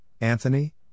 Anthony